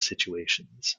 situations